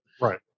Right